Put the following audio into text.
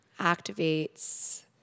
activates